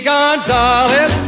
Gonzalez